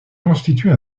constitue